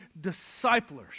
disciples